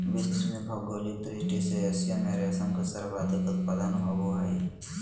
विश्व में भौगोलिक दृष्टि से एशिया में रेशम के सर्वाधिक उत्पादन होबय हइ